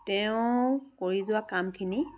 তেওঁ কৰি যোৱা কামখিনি